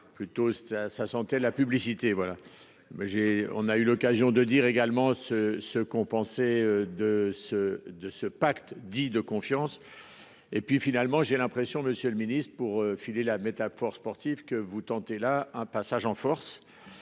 Plutôt ça, ça sentait la publicité. Voilà mais j'ai, on a eu l'occasion de dire également ce ce qu'pensait de ce de ce pacte dit de confiance. Et puis finalement j'ai l'impression, Monsieur le Ministre, pour filer la métaphore sportive que vous tentez là un passage en force.